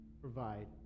provide